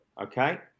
Okay